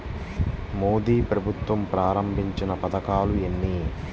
మోదీ ప్రభుత్వం ప్రారంభించిన పథకాలు ఎన్ని?